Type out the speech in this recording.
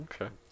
Okay